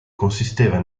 consisteva